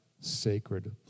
sacred